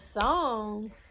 songs